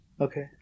okay